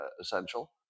essential